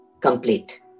complete